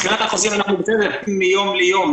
מבחינת האחוזים אנחנו -- -מיום ליום,